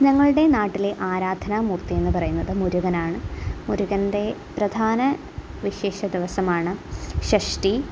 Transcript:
ഞങ്ങളുടെ നാട്ടിലെ ആരാധനാ മൂർത്തി എന്ന് പറയുന്നത് മുരുകനാണ് മുരുകൻ്റെ പ്രധാന വിശേഷ ദിവസമാണ് ഷഷ്ടി